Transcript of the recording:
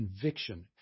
conviction